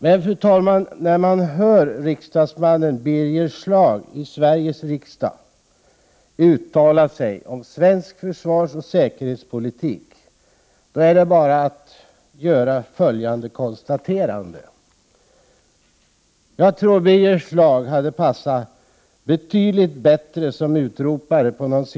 Men när man hör riksdagsmannen Birger Schlaug i Sveriges riksdag uttala sig om svensk försvarsoch säkerhetspolitik, då är det bara att göra följande konstaterande: Jag tror Birger Schlaug hade passat betydligt bättre som utropare på någon Prot.